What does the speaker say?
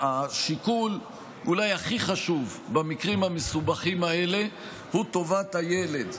השיקול אולי הכי חשוב במקרים המסובכים האלה הוא טובת הילד.